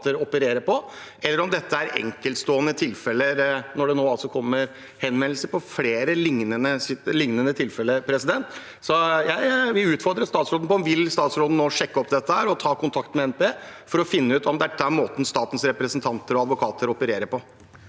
opererer, eller om dette er enkeltstående tilfeller, når det nå altså kommer henvendelser om flere lignende tilfeller. Jeg vil utfordre statsråden: Vil statsråden nå sjekke opp dette og ta kontakt med NPE for å finne ut om dette er måten statens representanter og advokater opererer på?